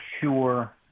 sure